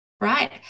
right